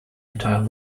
entire